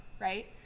right